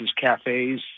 cafes